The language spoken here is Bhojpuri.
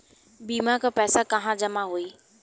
बीमा क पैसा कहाँ जमा होई?